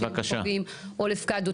או לפקדו.